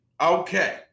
okay